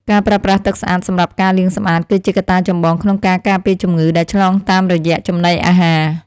ការប្រើប្រាស់ទឹកស្អាតសម្រាប់ការលាងសម្អាតគឺជាកត្តាចម្បងក្នុងការការពារជំងឺដែលឆ្លងតាមរយៈចំណីអាហារ។